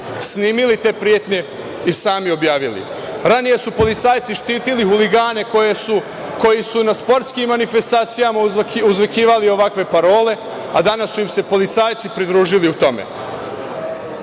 snimili te pretnje i sami objavili. Ranije su policajci štitili huligane koji su na sportskim manifestacijama uzvikivali ovakve parole, a danas su im se policajci pridružili u tome